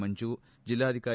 ಮಂಜು ಜಿಲ್ಲಾಧಿಕಾರಿ